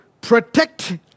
protect